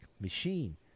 machine